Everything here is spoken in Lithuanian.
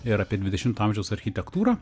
ir apie dvidešimto amžiaus architektūrą